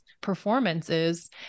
performances